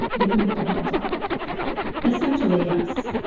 they couldn't get their hands on it essentially, yes,